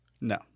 No